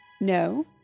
No